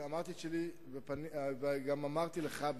אמרתי את שלי וגם אמרתי לך.